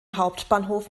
hauptbahnhof